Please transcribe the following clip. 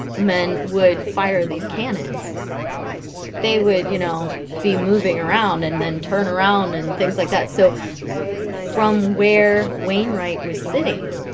men would fire these cannons they would you know be moving around and then turn around and things like that so from where wainwright was sitting